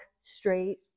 straight